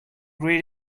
great